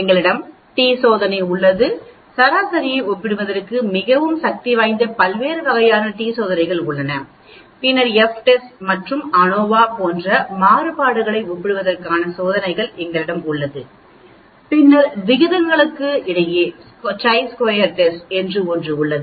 எங்களிடம் டி சோதனை உள்ளது சராசரியை ஒப்பிடுவதற்கு மிகவும் சக்திவாய்ந்த பல்வேறு வகையான டி சோதனைகள் உள்ளன பின்னர் எஃப் டெஸ்ட் மற்றும் அனோவா போன்ற மாறுபாடுகளை ஒப்பிடுவதற்கான சோதனை எங்களிடம் உள்ளது பின்னர் விகிதங்களுக்கு சை ஸ்கொயர் டெஸ்ட் என்று ஒன்று உள்ளது